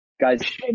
guys